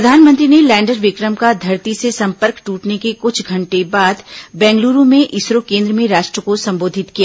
प्रधानमंत्री ने लैंडर विक्रम का धरती से सम्पर्क टूटने के कुछ घंटे बाद बेंगलुरु में इसरो केन्द्र में राष्ट्र को संबोधित किया